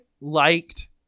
liked